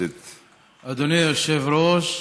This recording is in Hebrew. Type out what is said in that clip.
אדוני היושב-ראש,